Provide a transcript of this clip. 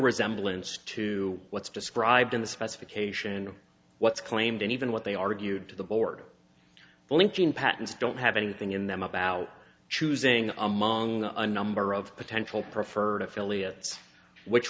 resemblance to what's described in the specification of what's claimed and even what they argued to the board when gene patents don't have anything in them about choosing among a number of potential preferred affiliates which